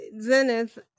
Zenith